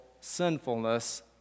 sinfulness